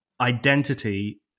identity